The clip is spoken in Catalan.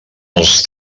els